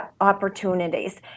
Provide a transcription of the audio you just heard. opportunities